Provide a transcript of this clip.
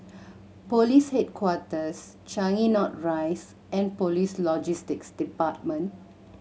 Police Headquarters Changi North Rise and Police Logistics Department